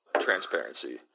transparency